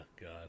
god